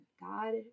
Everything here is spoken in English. God